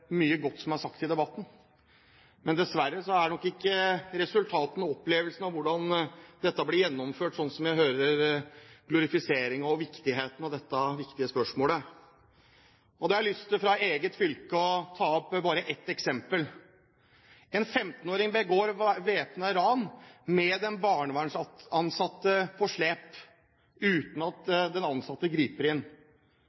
mye godt som er sagt i debatten. Men dessverre er nok ikke resultatene og opplevelsene av hvordan dette blir gjennomført, sånn som glorifiseringen jeg hører i forhold til viktigheten av dette spørsmålet. Jeg har lyst til fra eget fylke å ta bare ett eksempel: En 15-åring begår væpnet ran med den barnevernsansatte på slep, uten at